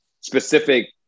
specific